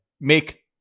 make